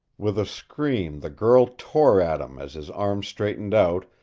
with a scream the girl tore at him as his arm straightened out,